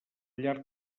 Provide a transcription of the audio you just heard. llarg